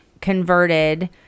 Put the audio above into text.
converted